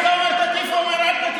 אז למה הוא אומר "אל תטיפו"?